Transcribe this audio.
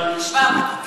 ל-700,